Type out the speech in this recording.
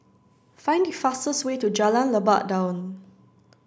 find the fastest way to Jalan Lebat Daun